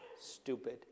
stupid